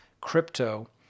crypto